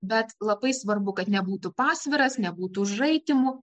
bet labai svarbu kad nebūtų pasviras nebūtų užraitymų